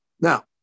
Now